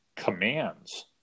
commands